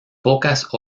pocas